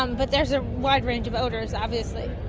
um but there's a wide range of odours obviously.